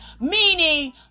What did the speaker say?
meaning